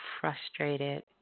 frustrated